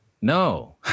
No